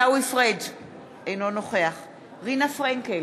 אינו נוכח רינה פרנקל,